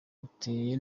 uteye